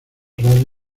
rally